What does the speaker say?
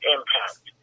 Impact